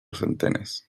centenes